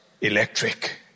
electric